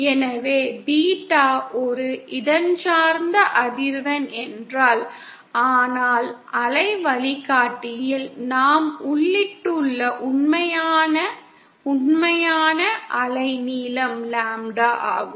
எனவே பீட்டா ஒரு இடஞ்சார்ந்த அதிர்வெண் என்றால் ஆனால் அலை வழிகாட்டியில் நாம் உள்ளிட்டுள்ள உண்மையான அலைநீளம் லாம்ப்டா ஆகும்